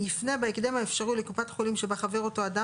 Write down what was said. יפנה בהקדם האפשרי לקופת החולים שבה חבר אותו אדם